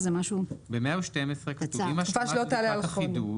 ב-112 כתוב "עם השלמת בדיקת החידוש,